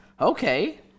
Okay